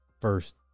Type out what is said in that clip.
first